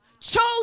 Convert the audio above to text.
Chose